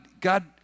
God